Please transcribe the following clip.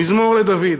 "מזמור לדוד.